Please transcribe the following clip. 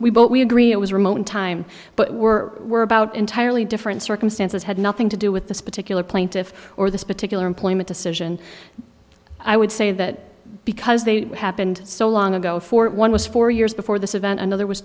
we both agree it was remote in time but were were about entirely different circumstances had nothing to do with this particular plaintiff or this particular employment decision i would say that because they happened so long ago for it one was four years before this event another was